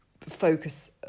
focus